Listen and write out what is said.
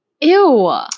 ew